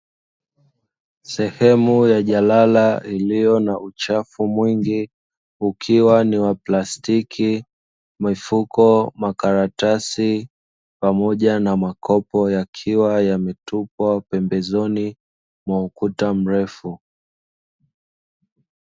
Sehemu ya jalala iliyo na uchafu mwingi ukiwa ni wa plastiki, mifuko, makaratasi, pamoja na makopo yakiwa yametupwa pembezoni mwa ukuta mrefu.